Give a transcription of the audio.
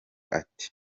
ati